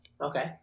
Okay